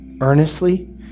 earnestly